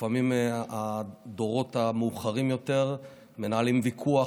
לפעמים הדורות המאוחרים יותר מנהלים ויכוח